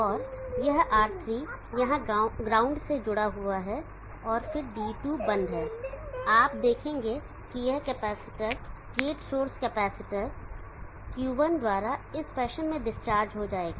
और यह R3 यहां groundसे जुड़ा हुआ है और फिर D2 बंद है और आप देखेंगे कि यह capacitor gate source capacitor Q1 द्वारा इस फैशन में डिस्चार्ज हो जाएगा